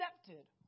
accepted